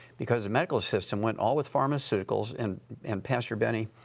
because the medical system went all with pharmaceuticals, and and pastor benny,